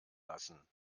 lassen